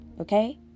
okay